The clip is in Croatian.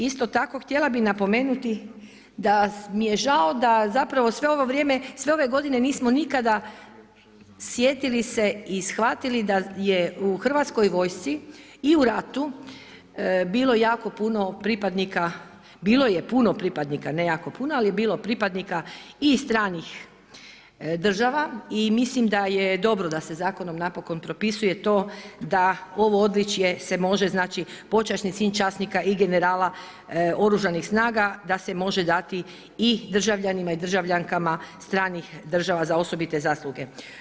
Isto tako htjela bih napomenuti da mi je žao da sve ove godine nismo nikada sjetili se i shvatili da je u Hrvatskoj vojsci i u ratu bilo jako puno pripadnika, bilo je puno pripadnika, ne jako puno, ali je bilo pripadnika iz stranih država i mislim da je dobro da se zakonom napokon propisuje to da ovo odličje se može znači, počasni čin časnika i generala Oružanih snaga da se može dati i državljanima i državljankama stranih država za osobite zasluge.